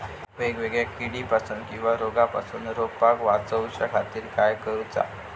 वेगवेगल्या किडीपासून किवा रोगापासून रोपाक वाचउच्या खातीर काय करूचा?